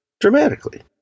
Dramatically